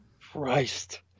christ